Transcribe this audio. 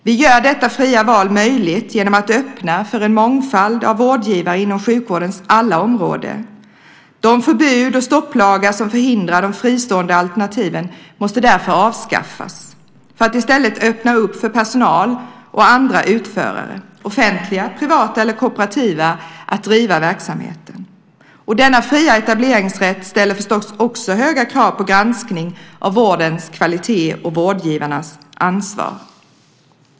Vi gör detta fria val möjligt genom att vi öppnar för en mångfald av vårdgivare inom sjukvårdens alla områden. De förbud och stopplagar som förhindrar de fristående alternativen måste därför avskaffas, så att man i stället öppnar för personal och andra utförare - offentliga, privata eller kooperativa - att driva verksamheten. Denna fria etableringsrätt ställer förstås också höga krav på granskning av vårdens kvalitet och vårdgivarnas ansvar.